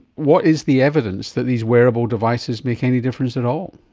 what is the evidence that these wearable devices make any difference at all?